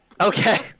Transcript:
Okay